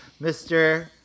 Mr